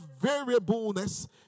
variableness